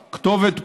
הכתובת,